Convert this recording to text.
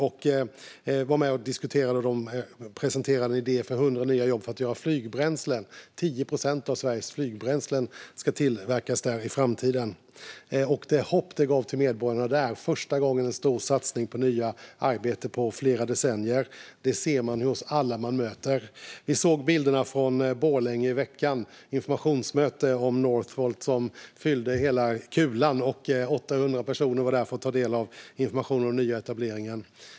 Jag var med och diskuterade när man presenterade en idé att skapa 100 nya jobb för att göra flygbränslen - 10 procent av Sveriges flygbränslen ska tillverkas där i framtiden. För första gången på decennier görs en stor satsning på nya arbeten. Det hopp det ger medborgarna där ser man hos alla man möter. Vi såg bilderna från informationsmötet om Northvolt i veckan, som fyllde hela Galaxen - 800 personer var där för att ta del av informationen om nyetableringen.